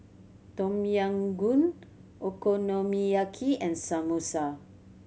Tom Yam Goong Okonomiyaki and Samosa